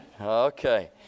Okay